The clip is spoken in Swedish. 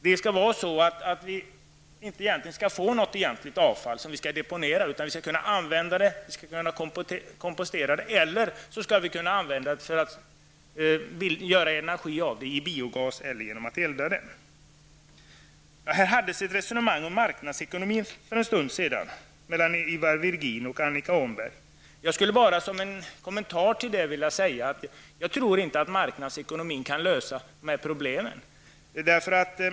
Vi skall egentligen inte få något avfall som vi skall deponera, utan vi skall kunna använda det, vi skall kunna kompostera det eller kunna använda det för att göra energi, t.ex. biogas eller genom att elda det. Det fördes ett resonemang om marknadsekonomi här för en stund sedan mellan Ivar Virgin och Annika Åhnberg. Jag skulle bara, som en kommentar till detta, vilja säga att jag tror inte att marknadsekonomin kan lösa dessa problem.